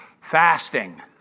fasting